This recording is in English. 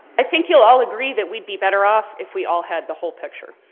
i think you'll all agree that we'd be better off if we all had the whole picture.